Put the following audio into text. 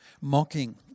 mocking